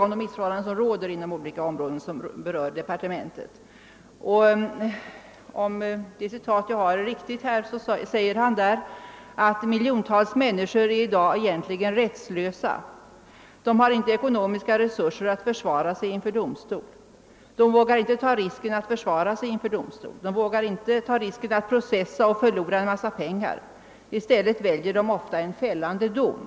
Om detta uttalande citerades rätt i pressen, så sade justitieministern att miljontals människor egentligen är rättslösa i dag. De har inte ekonomiska resurser att försvara sig inför domstol, de vågar inte göra det, vågar inte ta risken att processa och förlora mycket pengar. I stället väljer de ofta en fällande dom.